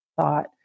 thought